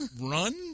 Run